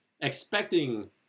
Expecting